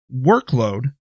workload